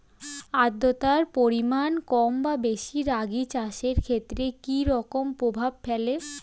আদ্রতার পরিমাণ কম বা বেশি রাগী চাষের ক্ষেত্রে কি রকম প্রভাব ফেলে?